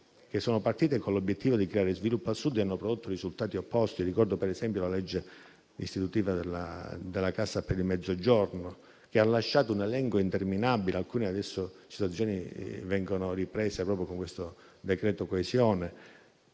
che sono partite con l'obiettivo di creare sviluppo al Sud e hanno prodotto risultati opposti. Ricordo per esempio la legge istitutiva della Cassa per il Mezzogiorno, che ha lasciato un elenco interminabile - alcune situazioni vengono riprese proprio con questo decreto coesione